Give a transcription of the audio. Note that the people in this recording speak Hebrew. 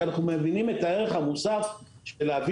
כי אנחנו מבינים את הערך המוסף של להביא